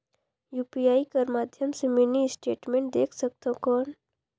UPI कर माध्यम से मिनी स्टेटमेंट देख सकथव कौन?